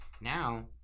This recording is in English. now